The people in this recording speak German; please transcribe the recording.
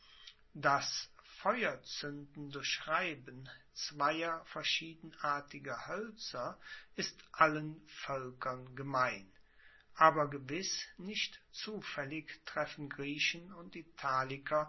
das feuerzuenden durch reiben zweier verschiedenartiger hoelzer ist allen voelkern gemein aber gewiss nicht zufaellig treffen griechen und italiker